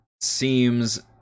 seems